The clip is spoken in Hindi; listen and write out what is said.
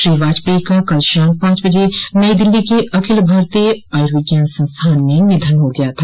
श्री वाजपेई का कल शाम पांच बजे नई दिल्ली के अखिल भारतीय आयुर्विज्ञान संस्थान में निधन हो गया था